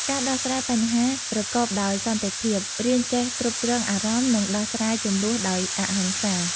ការដោះស្រាយបញ្ហាប្រកបដោយសន្តិភាព រៀនចេះគ្រប់គ្រងអារម្មណ៍ និងដោះស្រាយជម្លោះដោយអហិង្សា។